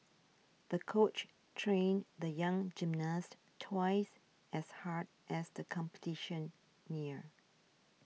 the coach trained the young gymnast twice as hard as the competition neared